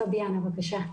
פביאנה, בבקשה.